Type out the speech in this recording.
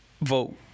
vote